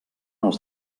als